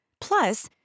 Plus